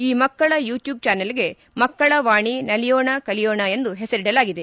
ಈ ಮಕ್ಕಳ ಯುಟ್ಯೂಬ್ ಚಾನೆಲ್ಗೆ ಮಕ್ಕಳ ವಾಣಿ ನಲಿಯೋಣ ಕಲಿಯೋಣ ಎಂದು ಹೆಸರಿಸಲಾಗಿದೆ